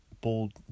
bold